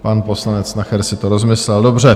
Pan poslanec Nacher si to rozmyslel, dobře.